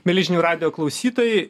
mieli žinių radijo klausytojai